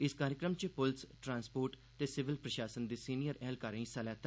इस कार्यक्रम च पुलस ट्रांसपोर्ट ते सिविल प्रशासन दे सीनियर ऐहलकारें हिस्सा लैता